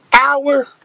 hour